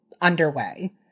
underway